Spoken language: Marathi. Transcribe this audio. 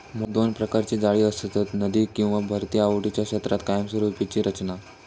मुळात दोन प्रकारची जाळी असतत, नदी किंवा भरती ओहोटीच्या क्षेत्रात कायमस्वरूपी रचना